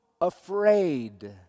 afraid